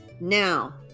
now